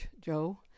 Joe